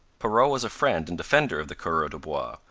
perrot was a friend and defender of the coureurs de bois,